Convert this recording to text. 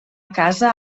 casa